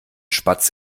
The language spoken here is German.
spatz